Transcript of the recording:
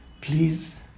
please